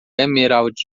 emerald